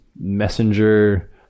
messenger